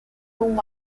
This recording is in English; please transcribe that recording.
whom